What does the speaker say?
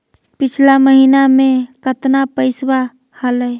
पिछला महीना मे कतना पैसवा हलय?